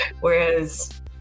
Whereas